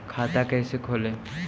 खाता कैसे खोले?